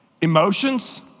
Emotions